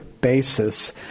basis